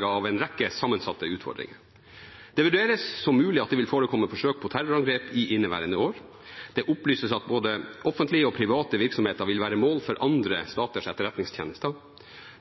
av en rekke sammensatte utfordringer. Det vurderes som mulig at det vil forekomme forsøk på terrorangrep i inneværende år. Det opplyses at både offentlige og private virksomheter vil være mål for andre staters etterretningstjenester.